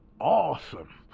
awesome